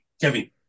Kevin